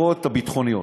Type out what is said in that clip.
החברות הביטחוניות: